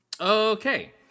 Okay